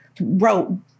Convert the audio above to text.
wrote